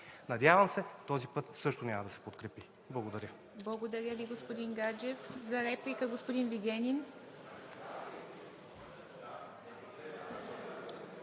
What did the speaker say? Надявам се, че този път също няма да се подкрепи. Благодаря.